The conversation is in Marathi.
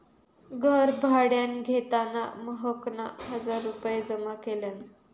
घर भाड्यान घेताना महकना हजार रुपये जमा केल्यान